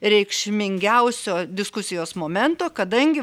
reikšmingiausio diskusijos momento kadangi